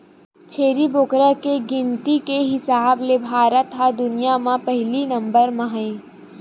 छेरी बोकरा के गिनती के हिसाब ले भारत ह दुनिया म पहिली नंबर म हे